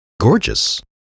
gorgeous